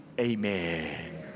amen